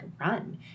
run